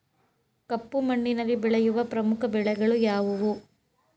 ಕಪ್ಪು ಮಣ್ಣಿನಲ್ಲಿ ಬೆಳೆಯುವ ಪ್ರಮುಖ ಬೆಳೆಗಳು ಯಾವುವು?